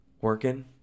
working